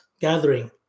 gathering